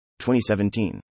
2017